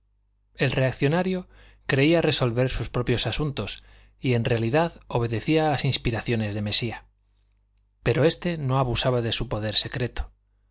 el reaccionario creía resolver sus propios asuntos y en realidad obedecía a las inspiraciones de mesía pero este no abusaba de su poder secreto